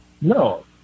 No